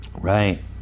Right